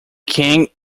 king